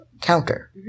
counter